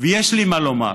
ויש לי מה לומר,